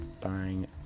bang